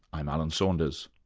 i'm alan saunders.